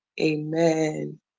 Amen